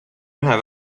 ühe